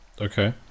Okay